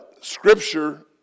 Scripture